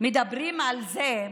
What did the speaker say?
מדברים על זה,